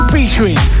Featuring